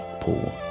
poor